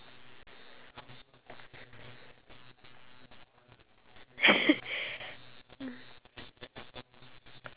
because we'll always find it like oh it's too hard or oh it's too risky because when we want to go out and pursue something